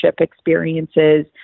experiences